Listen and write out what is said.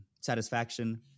satisfaction